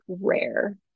rare